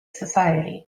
society